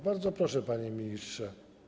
Bardzo proszę, panie ministrze.